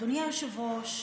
אדוני היושב-ראש,